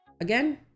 Again